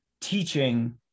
teaching